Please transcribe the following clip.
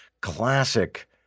classic